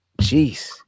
Jeez